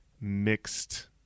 mixed